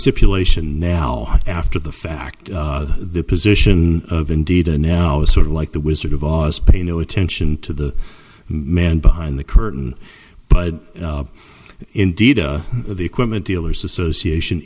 stipulation now after the fact the position of indeed and now is sort of like the wizard of oz pay no attention to the man behind the curtain but indeed the equipment dealers association